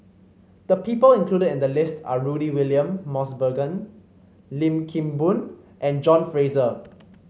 the people included in the list are Rudy William Mosbergen Lim Kim Boon and John Fraser